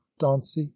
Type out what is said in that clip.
dauncey